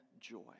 joy